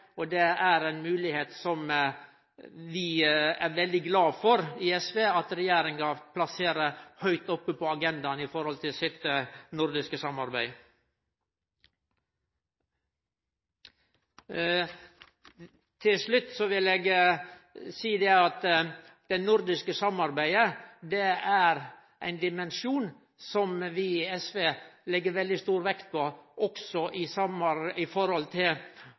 for at regjeringa plasserer høgt oppe på agendaen i det nordiske samarbeidet. Til slutt vil eg seie at det nordiske samarbeidet er ein dimensjon som vi i SV legg veldig stor vekt på, også i forhold til innsatsen i